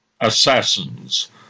Assassins